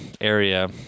area